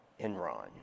Enron